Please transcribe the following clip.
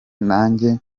nanjye